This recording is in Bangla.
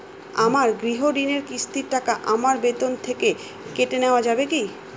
আমার গৃহঋণের কিস্তির টাকা আমার বেতন থেকে কেটে নেওয়া যাবে কি?